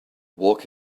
walk